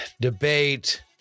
debate